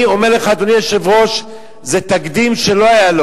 אני אומר לך, אדוני היושב-ראש, זה תקדים שלא היה.